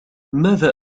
ماذا